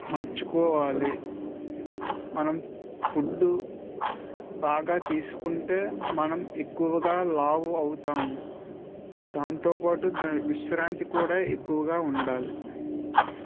మార్చుకోవాలి మనం ఫుడ్డు బాగా తీసుకుంటే మనం ఎక్కువగా లావు అవుతాము దాంతో పాటు విశ్రాంతి కూడా ఎక్కువగా ఉండాలి